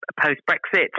post-Brexit